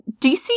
dc